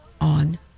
on